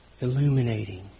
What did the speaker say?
illuminating